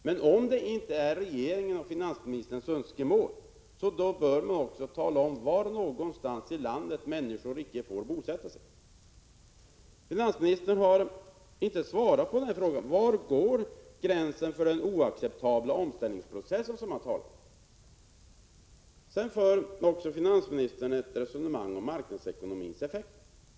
Men om det inte är regeringens och finansministerns önskemål att människor skall ha den möjligheten, då bör man tala om var någonstans i landet de icke får bosätta sig. Finansministern har inte svarat på frågan: Var går gränsen för den oacceptabla omställningsprocess som finansministern talar om? Finansministern förde också ett resonemang om marknadsekonomins effekter.